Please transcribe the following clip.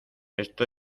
esto